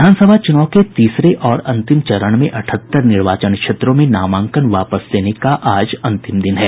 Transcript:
विधानसभा चुनाव के तीसरे और अंतिम चरण में अठहत्तर निर्वाचन क्षेत्रों में नामांकन वापस लेने का आज आखिरी दिन है